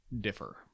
differ